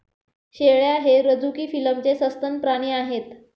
शेळ्या हे रझुकी फिलमचे सस्तन प्राणी आहेत